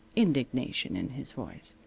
indignation in his voice.